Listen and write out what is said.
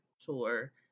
tour